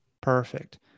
Perfect